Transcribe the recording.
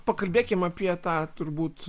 pakalbėkim apie tą turbūt